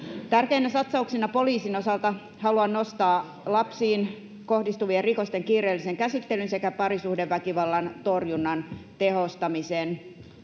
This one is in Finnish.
Tärkeinä satsauksina poliisin osalta haluan nostaa lapsiin kohdistuvien rikosten kiireellisen käsittelyn sekä parisuhdeväkivallan torjunnan tehostamisen.